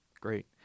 Great